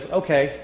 okay